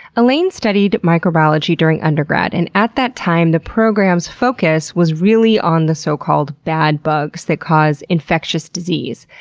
elaine studied microbiology during undergrad. and at that time the program's focus was really on the so-called bad bugs that cause infectious disease.